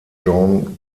joan